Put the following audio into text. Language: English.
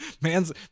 man's